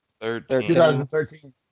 2013